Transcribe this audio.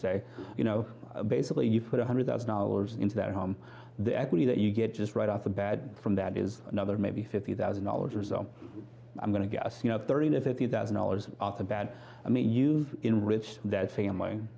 say you know basically you put one hundred thousand hours into that home the equity that you get just right off the bat from that is another maybe fifty thousand dollars or so i'm going to guess thirty to fifty thousand dollars off the bat i may use enrich that family